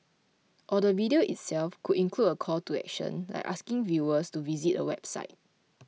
or the video itself could include a call to action like asking viewers to visit a website